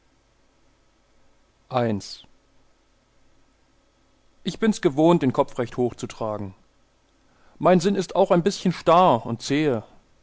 i ich bin's gewohnt den kopf recht hoch zu tragen mein sinn ist auch ein bißchen starr und zähe